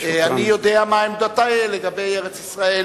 אני יודע מה עמדותי לגבי ארץ-ישראל